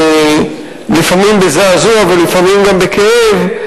לפעמים בזעזוע ולפעמים גם בכאב,